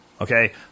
Okay